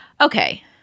Okay